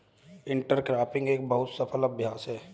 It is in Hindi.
इंटरक्रॉपिंग एक बहु फसल अभ्यास है